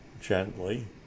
gently